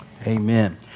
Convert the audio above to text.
Amen